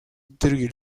drill